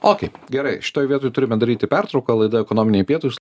okei gerai šitoj vietoj turime daryti pertrauką laida ekonominiai pietūs